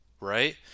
right